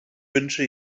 wünsche